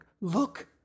Look